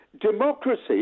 Democracy